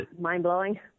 mind-blowing